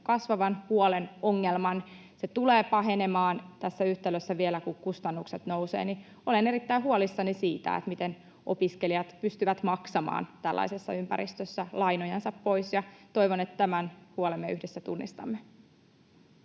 velkaantumisesta. Se tulee pahenemaan tässä yhtälössä vielä, kun kustannukset nousevat, ja olen erittäin huolissani siitä, miten opiskelijat pystyvät maksamaan tällaisessa ympäristössä lainojansa pois, ja toivon, että tämän huolen me yhdessä tunnistamme.